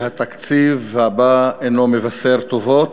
שהתקציב הבא אינו מבשר טובות,